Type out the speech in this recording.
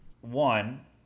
one